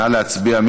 נא להצביע.